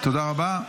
תודה רבה.